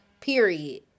Period